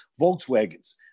Volkswagens